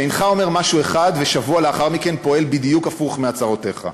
שאינך אומר משהו אחד ושבוע לאחר מכן פועל בדיוק הפוך מהצהרותיך.